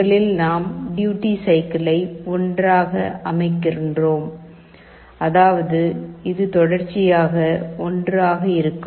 முதலில் நாம் டியூட்டி சைக்கிள்ளை 1 ஆக அமைக்கிறோம் அதாவது இது தொடர்ச்சியாக 1 ஆக இருக்கும்